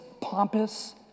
pompous